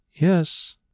Yes